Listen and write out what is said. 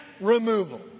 removal